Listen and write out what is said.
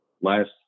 Last